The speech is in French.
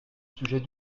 sujet